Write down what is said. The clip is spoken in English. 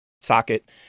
socket